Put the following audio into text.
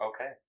okay